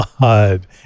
god